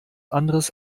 anderes